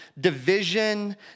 division